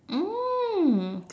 mm